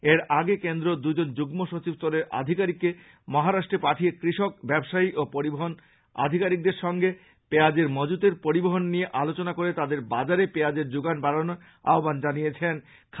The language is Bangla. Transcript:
এর আগে কেন্দ্র দুজন যুগ্ম সচিব স্তরের আধিকারিককে মহারাস্ট্রে পাঠিয়ে কৃষক ব্যাবসায়ী ও পরিবহনকারীদের সঙ্গে পেঁয়াজের মজুতের পরিমাণ নিয়ে আলোচনা করে তাদের বাজারে পেঁয়াজের যোগান বাড়ানোর আহ্বান জানানো হয়